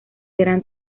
gran